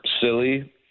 silly